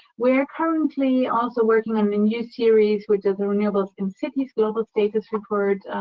we are currently also working on a new series which are the renewables in cities global status report,